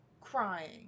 crying